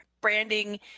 Branding